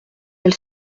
elle